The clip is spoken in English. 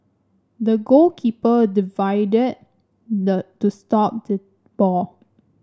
the goalkeeper dived the to stop the ball